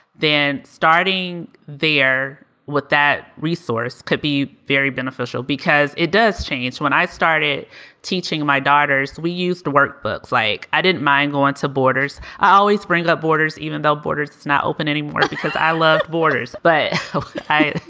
then starting there with that resource could be very beneficial because it does change. when i started teaching my daughters, we used to workbooks like i didn't mind going to borders. i always bring up borders, even though borders is not open anymore because i love borders. but i,